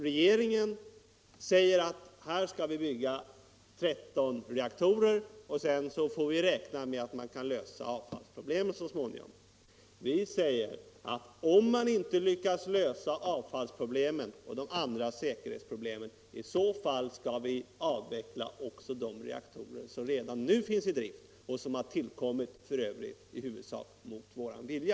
Regeringen säger: Här skall vi bygga 13 reaktorer, och sedan får vi räkna med att man så småningom kan lösa avfallsproblemen. Vi säger: Om man inte lyckas lösa avfallsoch säkerhetsproblemen skall vi avveckla också de reaktorer som redan nu finns i drift och som har tillkommit i huvudsak mot vår vilja.